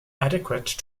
adequate